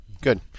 good